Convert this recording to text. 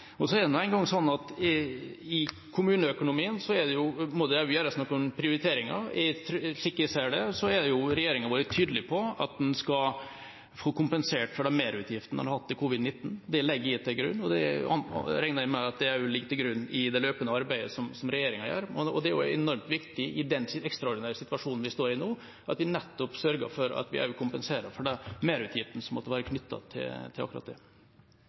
Og så er det nå engang slik at i kommuneøkonomien må det gjøres noen prioriteringer. Slik jeg ser det, har regjeringa vært tydelig på at en skal få kompensert for de merutgiftene en har hatt med covid-19. Det legger jeg til grunn, og det regner jeg med også ligger til grunn i det løpende arbeidet som regjeringa gjør. Det er enormt viktig i den ekstraordinære situasjonen vi står i nå, at vi nettopp sørger for at vi kompenserer for de merutgiftene som måtte være knyttet til akkurat det.